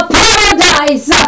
paradise